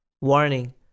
Warning